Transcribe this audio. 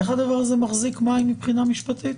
איך הדבר הזה מחזיק מים מבחינה משפטית?